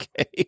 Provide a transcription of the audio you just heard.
Okay